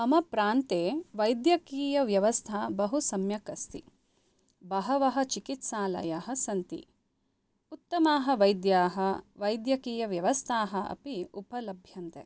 मम प्रान्ते वैद्यकीयव्यवस्था बहु सम्यक् अस्ति बहवः चिकित्सालयाः सन्ति उत्तमाः वैद्याः वैद्यकीयव्यवस्थाः अपि उपलभ्यन्ते